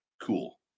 Cool